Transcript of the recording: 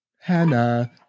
Hannah